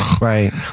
Right